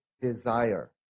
desire